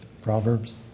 Proverbs